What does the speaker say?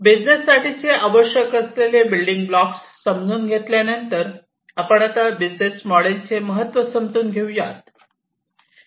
business साठीचे आवश्यक असलेले बिल्डींग ब्लॉकस समजून घेतल्यानंतर आपण आता बिझनेस मोडेल चे महत्त्व समजून घेऊन यात